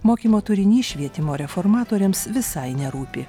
mokymo turinys švietimo reformatoriams visai nerūpi